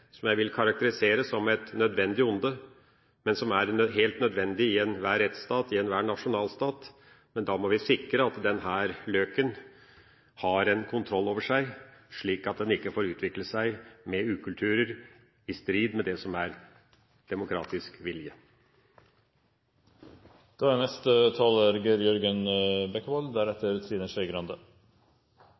som jeg vil karakterisere som et nødvendig onde, men som er helt nødvendig i enhver rettsstat, i enhver nasjonalstat. Men da må vi sikre at denne løken har en kontroll over seg, slik at den ikke får utvikle seg med ukulturer, i strid med det som er demokratisk vilje. Det er